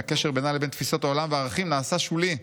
והקשר בינה לבין תפיסות עולם וערכים נעשה שולי.